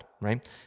right